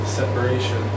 separation